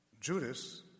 Judas